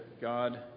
God